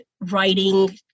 writing